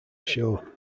ashore